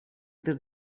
that